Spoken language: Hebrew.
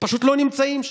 פשוט לא נמצאים שם.